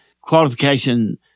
qualification